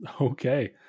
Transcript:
Okay